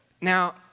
Now